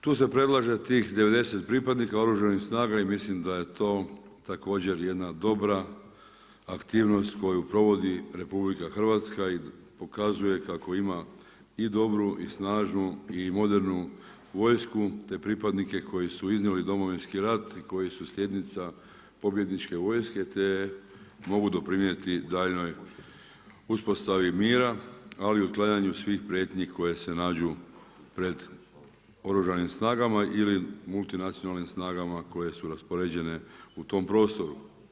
Tu se predlaže tih 90 pripadnika Oružanih snaga i mislim da je to također jedna dobra aktivnost koju provodi RH i pokazuje kako ima i dobru i snažnu i modernu vojsku, te pripadnike koji su iznijeli Domovinski rat i koji su slijednica pobjedničke vojske te mogu doprinijeti daljnjoj uspostaviti mira ali otklanjanju svih prijetnji koje se nađu pred Oružanim snagama ili multinacionalnim snagama koje su raspoređene u tom prostoru.